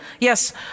Yes